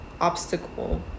obstacle